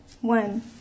One